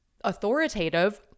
authoritative